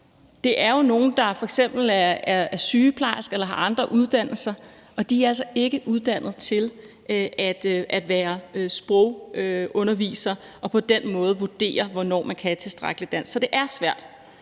Det er jo nogle, der f.eks. er sygeplejersker eller har andre uddannelser, og de er altså ikke uddannet til at være sprogundervisere og på den måde vurdere, hvornår man kan et tilstrækkeligt dansk. For det er svært,